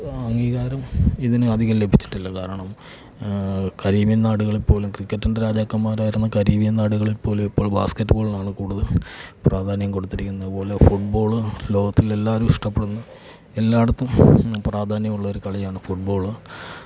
അംഗീകാരം ഇതിന് അധികം ലഭിച്ചിട്ടില്ല കാരണം കരീബിയൻ നാടുകളിൽ പോലും ക്രിക്കറ്റിൻ്റെ രാജാക്കന്മാർ ആയിരുന്ന കരീബിയൻ നാടുകളിൽ പോലും ഇപ്പോൾ ബാസ്കറ്റ്ബോളിനാണ് കൂടുതൽ പ്രാധാന്യം കൊടുത്തിരിക്കുന്നത് അതുപോലെ ഫുട്ബോൾ ലോകത്തിൽ എല്ലാവരും ഇഷ്ടപ്പെടുന്ന എല്ലായിടത്തും പ്രാധാന്യമുള്ളൊരു കളിയാണ് ഫുട്ബോൾ